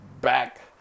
back